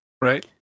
Right